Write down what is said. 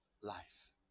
life